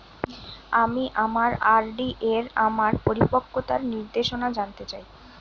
আমি আমার আর.ডি এর আমার পরিপক্কতার নির্দেশনা জানতে চাই